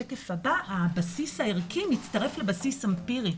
הבסיס הערכי מצטרף לבסיס האמפירי,